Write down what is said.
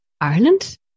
Ireland